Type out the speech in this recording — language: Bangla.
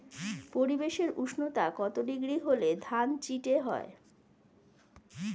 পরিবেশের উষ্ণতা কত ডিগ্রি হলে ধান চিটে হয়?